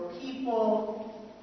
people